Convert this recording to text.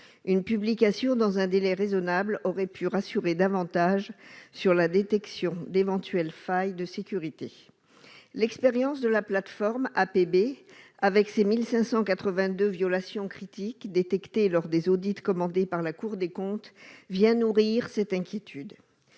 La publication du décret dans un délai raisonnable aurait pu rassurer davantage, en permettant la détection d'éventuelles failles de sécurité. L'expérience de la plateforme APB- Admission post-bac -, avec ses 1 582 violations critiques détectées lors des audits commandés par la Cour des comptes, vient alimenter cette inquiétude.